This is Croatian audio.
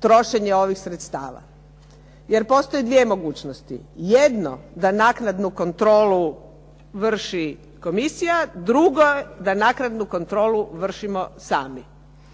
trošenje ovih sredstava? Jer postoji dvije mogućnosti. Jedno, da naknadnu kontrolu vrši komisija, drugo da naknadnu kontrolu vršimo sami.